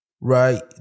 Right